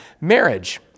marriage